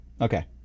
okay